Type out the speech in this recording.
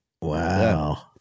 Wow